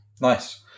Nice